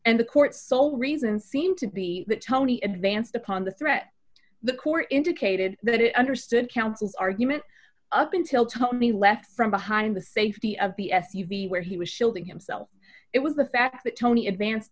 and the court's sole reason seemed to be that tony advanced upon the threat the core indicated that it understood counsel's argument up until tommy left from behind the safety of the s u v where he was shielding himself it was the fact that tony advanced